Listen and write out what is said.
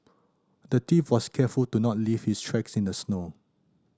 the thief was careful to not leave his tracks in the snow